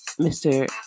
Mr